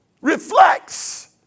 reflects